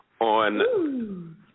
on